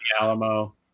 Alamo